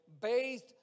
based